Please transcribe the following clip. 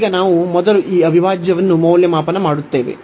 ಈಗ ನಾವು ಮೊದಲು ಈ ಅವಿಭಾಜ್ಯವನ್ನು ಮೌಲ್ಯಮಾಪನ ಮಾಡುತ್ತೇವೆ